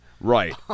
right